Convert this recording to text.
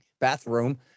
bathroom